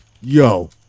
yo